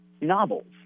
novels